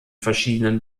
verschiedenen